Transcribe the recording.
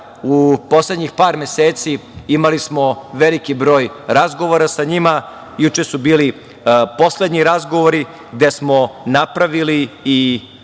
U poslednjih par meseci imali smo veliki broj razgovora sa njima. Juče su bili poslednji razgovori gde smo napravili i